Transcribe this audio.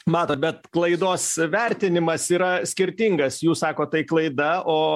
matot bet klaidos vertinimas yra skirtingas jūs sakot tai klaida o